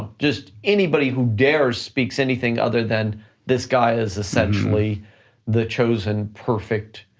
ah just anybody who dares speaks anything other than this guy is essentially the chosen perfect